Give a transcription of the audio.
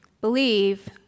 Believe